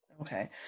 Okay